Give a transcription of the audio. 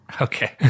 Okay